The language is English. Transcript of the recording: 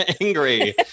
angry